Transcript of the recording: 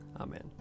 Amen